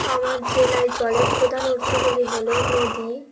আমার জেলায় জলের প্রধান উৎসগুলি হল নদী